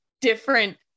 different